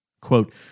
Quote